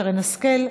שרן השכל,